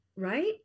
Right